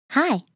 Hi